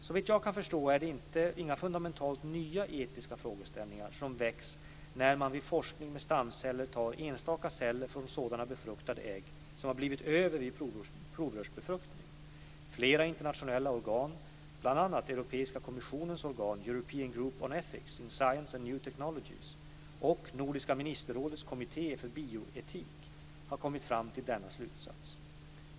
Såvitt jag kan förstå är det inga fundamentalt nya etiska frågeställningar som väcks när man vid forskning med stamceller tar enstaka celler från sådana befruktade ägg som har "blivit över" vid provrörsbefruktning. Flera internationella organ, bl.a. Europeiska kommissionens organ European Group on Ethics in science and new technologies och Nordiska ministerrådets kommitté för bioetik, har kommit fram till denna slutsats.